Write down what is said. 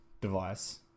device